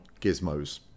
gizmos